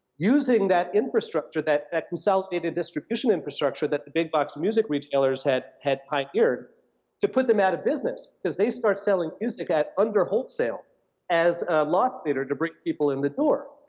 using that infrastructure, that that consolidated distribution infrastructure that the big box music retailers had had pioneered to put them out of business. cause they start selling music at under wholesale as a loss leader to bring people in the door,